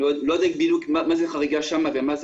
אני לא בדיוק יודע מהי חריגה שם ומהי